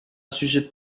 sujet